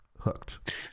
hooked